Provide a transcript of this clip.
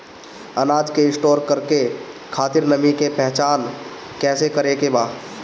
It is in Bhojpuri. अनाज के स्टोर करके खातिर नमी के पहचान कैसे करेके बा?